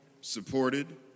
supported